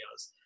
videos